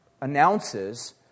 announces